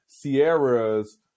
Sierra's